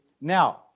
now